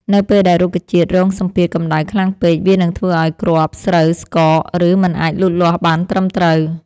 នៅពេលដែលរុក្ខជាតិរងសម្ពាធកម្ដៅខ្លាំងពេក វានឹងធ្វើឱ្យគ្រាប់ស្រូវស្កក ឬមិនអាចលូតលាស់បានត្រឹមត្រូវ។